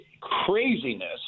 craziness